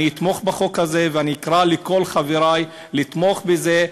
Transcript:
אני אתמוך בחוק הזה ואקרא לכל חברי לתמוך בזה,